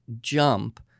jump